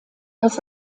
das